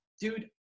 dude